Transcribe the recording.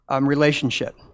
relationship